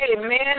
amen